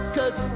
Cause